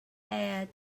add